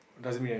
does it mean an~